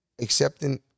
accepting